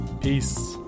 Peace